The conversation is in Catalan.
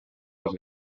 les